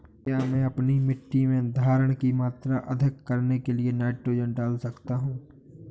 क्या मैं अपनी मिट्टी में धारण की मात्रा अधिक करने के लिए नाइट्रोजन डाल सकता हूँ?